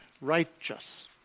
righteous